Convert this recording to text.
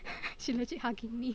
she legit hugging me